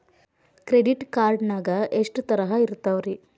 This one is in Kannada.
ಕ್ರೆಡಿಟ್ ಕಾರ್ಡ್ ನಾಗ ಎಷ್ಟು ತರಹ ಇರ್ತಾವ್ರಿ?